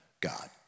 God